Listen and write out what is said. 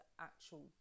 actual